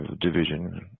Division